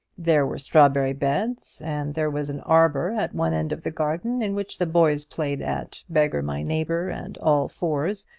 there were strawberry-beds, and there was an arbour at one end of the garden in which the boys played at beggar my neighbour, and all fours,